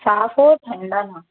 साफ़ हो ठंडा ना हो